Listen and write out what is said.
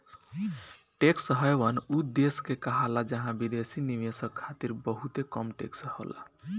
tax haven उ देश के कहाला जहां विदेशी निवेशक खातिर बहुते कम टैक्स होला